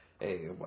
hey